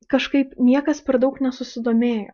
kažkaip niekas per daug nesusidomėjo